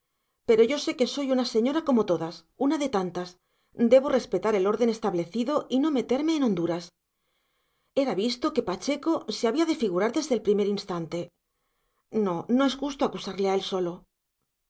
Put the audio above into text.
pero yo que soy una señora como todas una de tantas debo respetar el orden establecido y no meterme en honduras era visto que pacheco se había de figurar desde el primer instante no no es justo acusarle a él solo